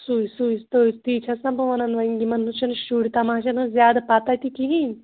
سُے سُے تی چھَس نا بہٕ وَنان وۅنۍ یِمن وُچھان شُرۍ تَماشَن ہٕنٛز زیادٕ پَتاہ تہِ کِہیٖنٛۍ